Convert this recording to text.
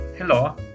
Hello